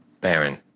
Baron